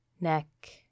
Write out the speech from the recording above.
neck